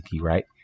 right